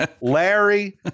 Larry